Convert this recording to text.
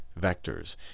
vectors